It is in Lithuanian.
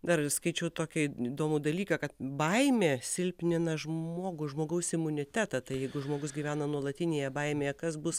dar skaičiau tokį įdomų dalyką kad baimė silpnina žmogų žmogaus imunitetą tai jeigu žmogus gyvena nuolatinėje baimėje kas bus